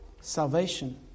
salvation